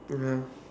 ya